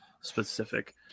specific